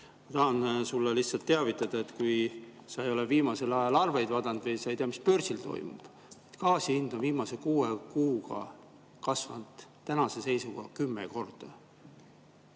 tahan sind lihtsalt teavitada, kui sa ei ole viimasel ajal arveid vaadanud või sa ei tea, mis börsil toimub: gaasi hind on viimase kuue kuuga kasvanud tänase seisuga 10 korda.